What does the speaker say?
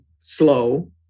slow